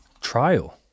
trial